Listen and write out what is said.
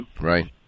Right